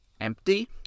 empty